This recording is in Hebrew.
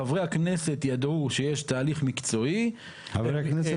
חברי הכנסת ידעו שיש תהליך מקצועי, אם רצו